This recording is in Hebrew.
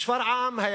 בשפרעם היה